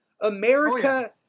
America